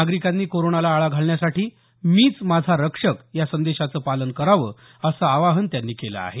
नागरिकांनी कोरोनाला आळा घालण्यासाठी मीच माझा रक्षक या संदेशाचं पालन करावं असं आवाहन त्यांनी केलं आहे